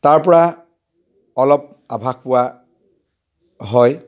তাৰপৰা অলপ আভাস পোৱা হয়